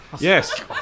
Yes